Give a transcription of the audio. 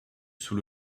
sous